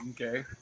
Okay